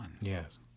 Yes